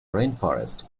rainforests